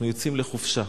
אנחנו יוצאים לחופשה,